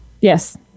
Yes